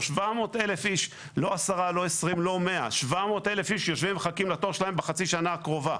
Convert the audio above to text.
700,000 איש יושבים ומחכים לתור שלהם בחצי השנה הקרובה.